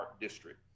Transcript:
district